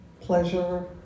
pleasure